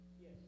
Yes